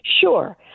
Sure